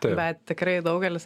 bet tikrai daugelis